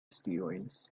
steroids